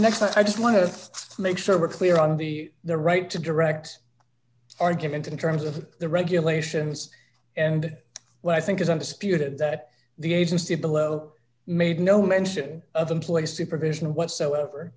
next i just want to make sure we're clear on the the right to direct argument in terms of the regulations and what i think is undisputed that the agency below made no mention of employee supervision whatsoever